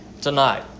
tonight